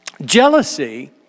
Jealousy